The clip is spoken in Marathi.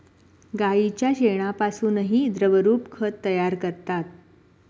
गाईच्या शेणापासूनही द्रवरूप खत तयार करतात